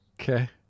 Okay